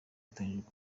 iteganyijwe